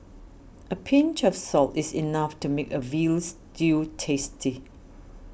a pinch of salt is enough to make a Veal Stew tasty